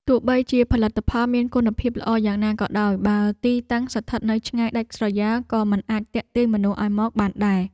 ទោះបីជាផលិតផលមានគុណភាពល្អយ៉ាងណាក៏ដោយ បើទីតាំងស្ថិតនៅឆ្ងាយដាច់ស្រយាលក៏មិនអាចទាក់ទាញមនុស្សឱ្យមកបានដែរ។